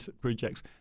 projects